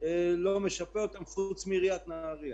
לא משפה אותם חוץ מעיריית נהריה,